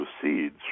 proceeds